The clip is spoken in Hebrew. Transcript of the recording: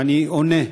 ואני עונה,